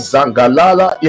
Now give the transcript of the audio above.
Zangalala